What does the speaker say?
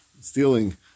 stealing